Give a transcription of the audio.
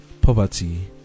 poverty